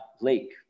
lake